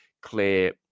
clear